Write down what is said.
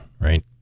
right